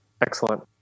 Excellent